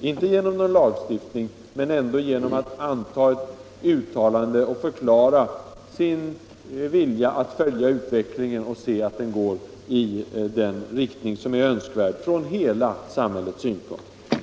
inte genom lagstiftning men ändå genom att riksdagen antar ett uttalande och förklarar sin vilja att följa utvecklingen och se till att den går i den riktning som är önskvärd från hela samhällets synpunkt.